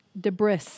debris